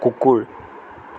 কুকুৰ